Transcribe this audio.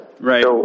Right